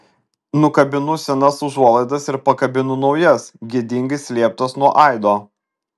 nukabinu senas užuolaidas ir pakabinu naujas gėdingai slėptas nuo aido